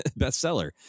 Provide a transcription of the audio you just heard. bestseller